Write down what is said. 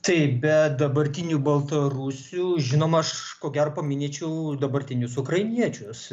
taip bet dabartinių baltarusių žinoma aš ko gero paminėčiau dabartinius ukrainiečius